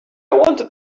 wanted